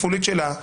למדינה היא